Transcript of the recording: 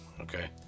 okay